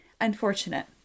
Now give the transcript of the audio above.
unfortunate